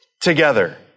Together